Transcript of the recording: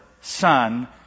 Son